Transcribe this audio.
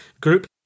group